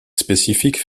spécifique